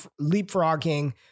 leapfrogging